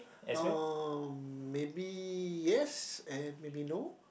uh maybe yes and maybe no